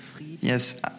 yes